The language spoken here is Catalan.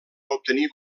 obtenir